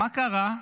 מה קרה?